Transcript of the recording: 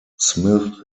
smith